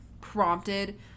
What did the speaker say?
prompted